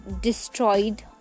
Destroyed